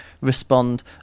respond